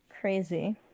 Crazy